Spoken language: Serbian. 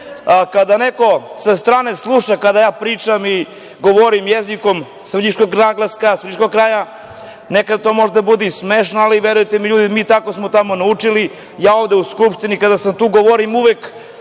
kada neko sa strane sluša, kada ja pričam i govorim jezikom svrljiškog naglaska, svrljiškog kraja, nekada to možda i bude smešno, ali verujte mi, ljudi, mi smo tako tamo naučili. Ja ovde u Skupštini, kada sam tu, govorim uvek